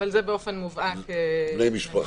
זה באופן מובהק בני משפחה.